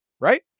right